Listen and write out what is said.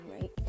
right